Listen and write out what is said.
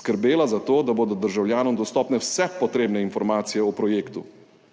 skrbela za to, da bodo državljanom dostopne vse potrebne informacije o projektu,